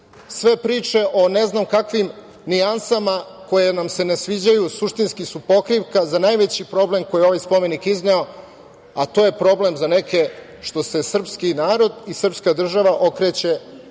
sve priče o ne znam kakvim nijansama koje nam se ne sviđaju suštinski su pokrivka za najveći problem koji ovaj spomenik izneo, a to je problem za neke što se srpski narod i srpska država okreće